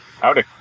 Howdy